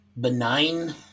benign